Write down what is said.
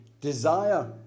desire